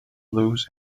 blues